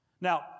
Now